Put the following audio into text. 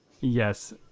Yes